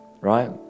right